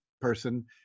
person